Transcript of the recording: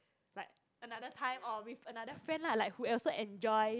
like another time or with another friend like who would also enjoy